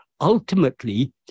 ultimately